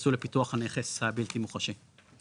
יצאו לפיתוח הנכס הבלתי מוחשי,